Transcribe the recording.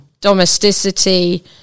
domesticity